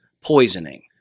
poisoning